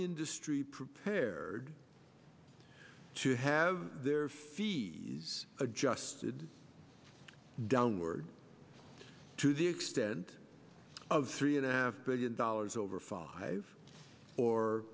industry prepared to have their fees adjusted downward to the extent of three and a half billion dollars over five or